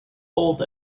old